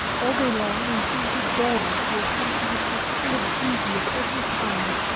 all day long we seemed to dawdle through a country which was full of beauty of every kind.